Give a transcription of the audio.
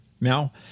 Now